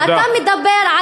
ואתה מדבר,